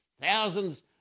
thousands